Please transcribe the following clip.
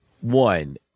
One